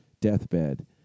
deathbed